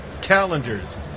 calendars